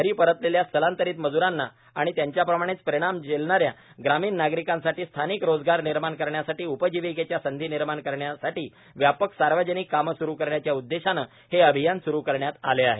घरी परतलेल्या स्थलांतरित मज्रांना आणि त्यांच्याप्रमाणेच परिणाम झेलणाऱ्या ग्रामीण नागरिकांसाठी स्थानिक रोजगार निर्माण करण्यासाठी उपजीविकेच्या संधी निर्माण करण्यासाठी व्यापक सार्वजनिक कामे सुरु करण्याच्या उद्देशाने हे अभियान सुरु करण्यात आले आहे